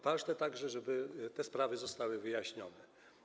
Ważne także, żeby te sprawy zostały wyjaśnione.